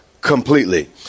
completely